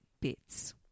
bits